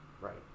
Right